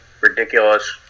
ridiculous